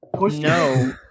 No